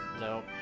No